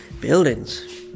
Buildings